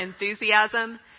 enthusiasm